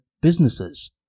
businesses